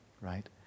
right